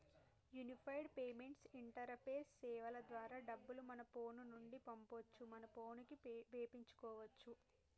unified payments interface సేవల ద్వారా డబ్బులు మన ఫోను నుండి పంపొచ్చు మన పోనుకి వేపించుకోచ్చు